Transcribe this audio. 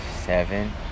seven